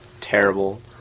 Terrible